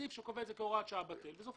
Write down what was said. הסעיף שקובע את זה כהוראת שעה בטל, וזה הופך